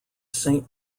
saint